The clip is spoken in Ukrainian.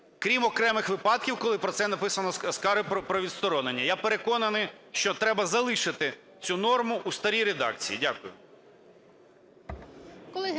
крім окремих випадків, коли, про це написано, скарги про відсторонення. Я переконаний, що треба залишити цю норму у старій редакції. Дякую.